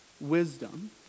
wisdom